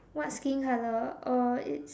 what skin colour oh it's